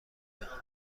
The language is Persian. جان